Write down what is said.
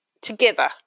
together